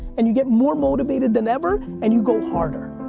and you get more motivated than ever, and you go harder.